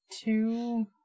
Two